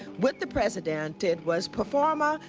with the president. it was pro forma,